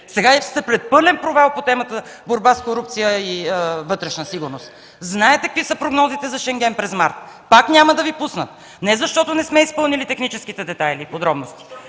Сега сте пред пълен провал по темата „Борба с корупцията и вътрешна сигурност”. Знаете какви са прогнозите за Шенген през март. Пак няма да Ви пуснат. Не защото не сме изпълнили техническите детайли и подробности,